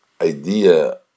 idea